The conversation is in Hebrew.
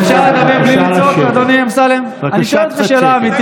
בבקשה לשבת.